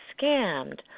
scammed